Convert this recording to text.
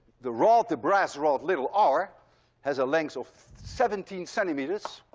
the rod, the brass rod, little r has a length of seventeen centimeters,